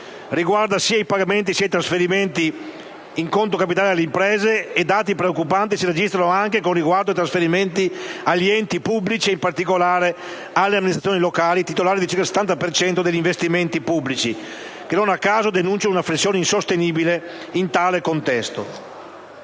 riguarda sia i pagamenti sia i trasferimenti in conto capitale alle imprese. Dati preoccupanti si registrano anche con riguardo ai trasferimenti agli enti pubblici e in particolare alle amministrazioni locali, titolari di circa il 70 per cento degli investimenti pubblici, che non a caso denunciano una flessione insostenibile in tale contesto.